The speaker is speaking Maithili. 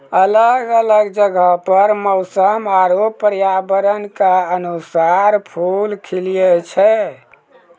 अलग अलग जगहो पर मौसम आरु पर्यावरण क अनुसार फूल खिलए छै